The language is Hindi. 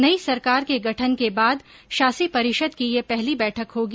नई सरकार के गठन के बाद शासी परिषद की यह पहली बैठक होगी